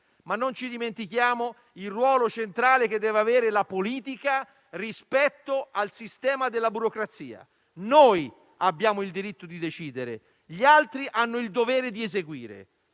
ma non ci dimentichiamo il ruolo centrale che deve avere la politica rispetto al sistema della burocrazia. Noi abbiamo il diritto di decidere, gli altri hanno il dovere di eseguire.